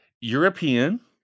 European